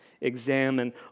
examine